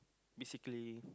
basically